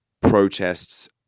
Protests